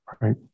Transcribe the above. Right